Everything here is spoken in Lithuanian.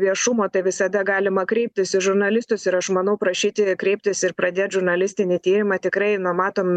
viešumo tai visada galima kreiptis į žurnalistus ir aš manau prašyti kreiptis ir pradėt žurnalistinį tyrimą tikrai nu matom